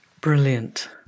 Brilliant